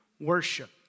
worship